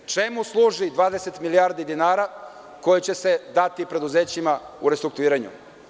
Čemu služi 20 milijardi dinara koje će se dati preduzećima u restrukturiranju?